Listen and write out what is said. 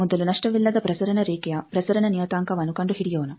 ಈಗ ಮೊದಲು ನಷ್ಟವಿಲ್ಲದ ಪ್ರಸರಣ ರೇಖೆಯ ಪ್ರಸರಣ ನಿಯತಾಂಕವನ್ನು ಕಂಡುಹಿಡಿಯೋಣ